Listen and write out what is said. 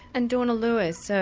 and dawna lewis, so